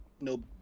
No